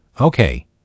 okay